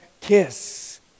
kiss